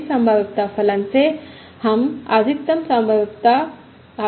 इस संभाव्यता फलन से हम अधिकतम संभाव्यता आकलन की गणना करते हैं